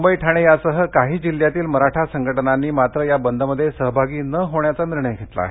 मुंबई ठाणे यासह काही जिल्ह्यांतील मराठा संघटनांनी मात्र या बंदमध्ये सहभागी न होण्याचा निर्णय घेतला आहे